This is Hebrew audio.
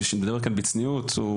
בדרך כלל בצניעות,